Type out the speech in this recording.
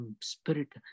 spirit